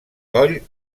coll